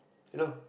you know